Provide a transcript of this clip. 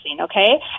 okay